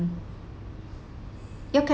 mm your